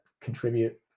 contribute